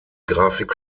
grafik